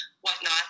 whatnot